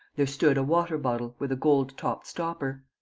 there stood a water-bottle with a gold-topped stopper.